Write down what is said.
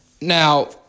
Now